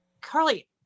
Carly